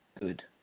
good